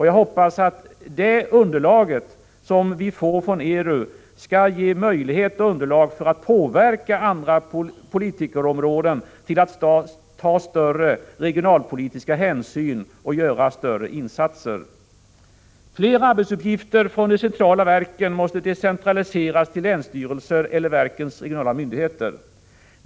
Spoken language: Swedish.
Jag hoppas att det material som vi får från ERU skall ge möjlighet och underlag för att påverka andra områden som politikerna har inflytande över att ta större regionalpolitiska hänsyn och göra större insatser. Fler arbetsuppgifter från de centrala verken måste decentraliseras till länsstyrelser eller verkens regionala myndigheter.